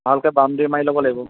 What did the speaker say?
ভালকে বাউণ্ডেৰি মাৰি ল'ব লাগিব